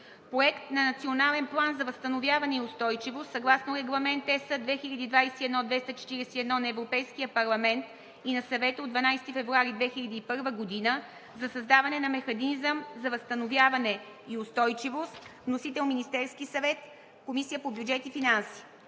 Проект на Национален план за възстановяване и устойчивост, съгласно Регламент (ЕС) 2021/241 на Европейския парламент и на Съвета от 12 февруари 2021 г. за създаване на механизъм за възстановяване и устойчивост. Вносител – Министерският съвет. Водеща е Комисията по бюджет и финанси.